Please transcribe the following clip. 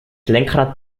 lenkrad